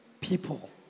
people